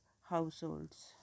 households